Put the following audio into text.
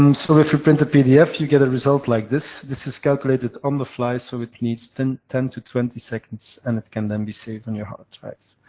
um so, if you print the pdf, you get a result like this. this is calculated on the fly, so it needs ten ten to twenty seconds, and it can then be saved on your hard drive.